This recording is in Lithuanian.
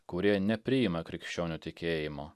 kurie nepriima krikščionių tikėjimo